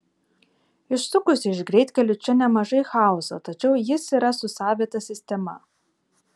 išsukus iš greitkelių čia nemažai chaoso tačiau jis yra su savita sistema